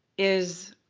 is